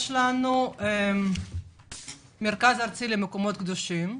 יש לנו מרכז ארצי למקומות קדושים,